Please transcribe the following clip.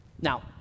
Now